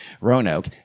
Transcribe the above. Roanoke